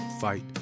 fight